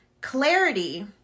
clarity